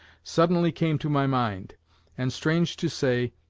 suddenly came to my mind and strange to say,